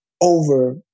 over